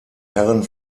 herren